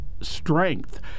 strength